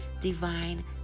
divine